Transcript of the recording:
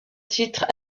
titre